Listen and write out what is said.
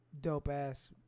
dope-ass